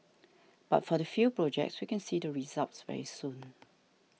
but for the few projects we can see the results very soon